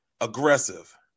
aggressive